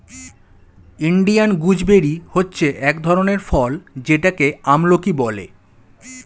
Indian gooseberry হচ্ছে এক ধরনের ফল যেটাকে আমলকি বলে